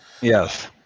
Yes